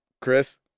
Chris